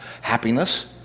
Happiness